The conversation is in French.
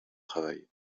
travail